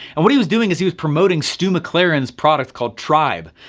and what he was doing is he was promoting stu mclaren's product called tribe,